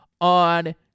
on